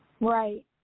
right